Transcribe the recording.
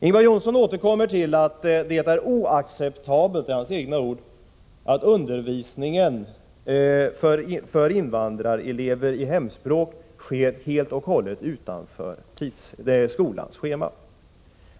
Ingvar Johnsson återkommer till att det är oacceptabelt — det är hans egna ord — att undervisningen i hemspråk för invandrarelever sker helt och hållet utanför skolans schema.